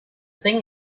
thing